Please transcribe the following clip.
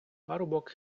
парубок